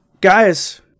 guys